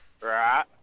Right